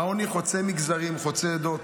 העוני חוצה מגזרים, חוצה עדות,